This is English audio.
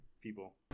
people